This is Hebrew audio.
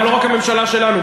לא רק הממשלה שלנו,